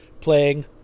playing